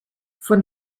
von